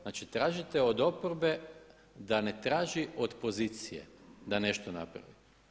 Znači tražite od oporbe da ne traži od pozicije da nešto napravi.